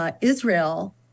Israel